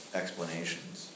explanations